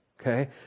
Okay